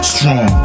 Strong